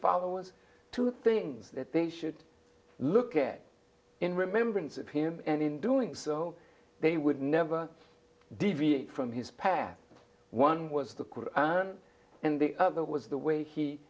followers two things that they should look at in remembrance of him and in doing so they would never deviate from his path one was the quote and the other was the way he